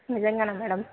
నిజంగానా మేడం